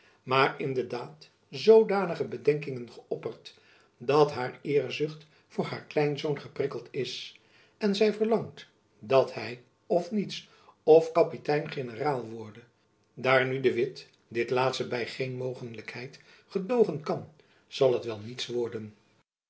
maar in de daad zoodanige bedenkingen geöpperd dat haar eerzucht voor haar kleinzoon geprikkeld is en zy verlangt dat hy of niets of kapitein generaal worde daar nu de witt dit laatste by geen mogelijkheid gedoogen kan zal het wel niets worden